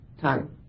time